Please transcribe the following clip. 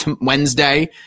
Wednesday